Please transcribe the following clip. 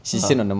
(uh huh)